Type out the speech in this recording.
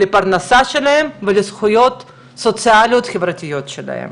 לפרנסה שלהם ולזכויות הסוציאליות חברתיות שלהם.